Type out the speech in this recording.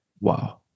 Wow